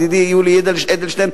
ידידי יולי אדלשטיין,